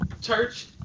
church